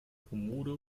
kommode